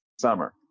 summer